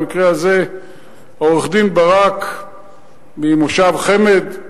במקרה הזה עורך-דין ברק ממושב חמד,